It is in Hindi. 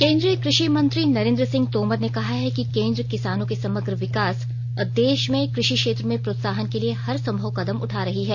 केंद्रीय क्रषि मंत्री नरेंद्र सिंह तोमर ने कहा है कि केन्द्र किसानों के समग्र विकास और देश में कृषि क्षेत्र में प्रोत्साहन के लिए हर संभव कदम उठा रही है